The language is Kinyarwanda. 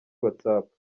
whatsapp